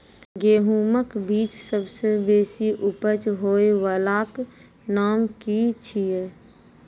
गेहूँमक बीज सबसे बेसी उपज होय वालाक नाम की छियै?